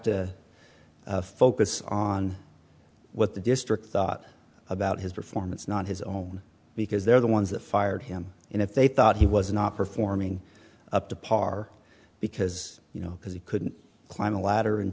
to focus on what the district thought about his performance not his own because they're the ones that fired him in if they thought he was not performing up to par because you know because he couldn't climb a ladder and